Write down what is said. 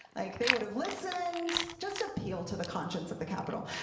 like they would have listened. just appeal to the conscious of the capital.